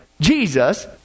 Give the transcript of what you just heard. Jesus